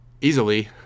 easily